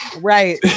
right